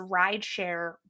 rideshare